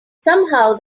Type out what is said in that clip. somehow